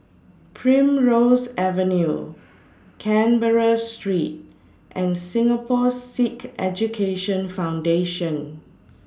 Primrose Avenue Canberra Street and Singapore Sikh Education Foundation